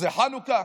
זאת חנוכה?